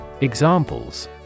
Examples